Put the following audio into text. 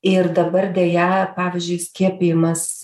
ir dabar deja pavyzdžiui skiepijimas